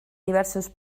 diversos